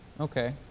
Okay